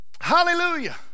Hallelujah